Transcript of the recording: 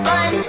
Fun